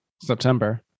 September